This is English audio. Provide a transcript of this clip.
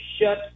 shut